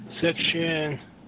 Section